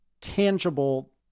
tangible